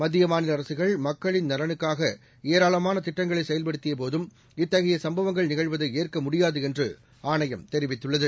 மத்தியமாநிலஅரசுகள் மக்களின் நலனுக்காகஏராளமானதிட்டங்களைசெயல்படுத்தியபோதும் இத்தகையசம்பவங்கள் நிகழ்வதைஏற்கமுடியாதுஎன்றுஆணையம் தெரிவித்துள்ளது